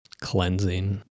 Cleansing